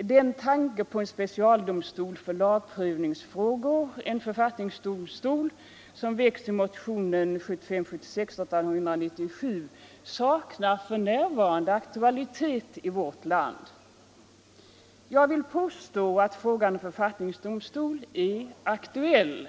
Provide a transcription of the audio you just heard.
”Den tanke på en specialdomstol för lagprövningsfrågor, en författningsdomstol, som väcks i motionen 1975/76:897, saknar f.n. all aktualitet i vårt land.” Jag vill påstå att frågan om författningsdomstol är aktuell.